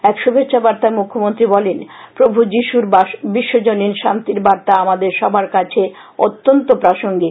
এক শুভেচ্ছা বার্তায় মুখ্যমন্ত্রী বলেন প্রভু যীশুর বিশ্বজনীন শান্তির বার্তা আমাদের সবার কাছে অত্যন্ত প্রাসঙ্গিক